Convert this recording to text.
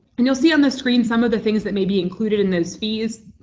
and you'll see on the screen some of the things that may be included in those fees.